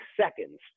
seconds